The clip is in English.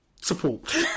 Support